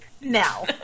now